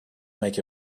make